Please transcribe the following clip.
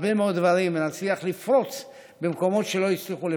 הרבה מאוד דברים ונצליח לפרוץ במקומות שלא הצליחו לפנינו.